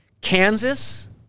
Kansas